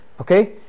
Okay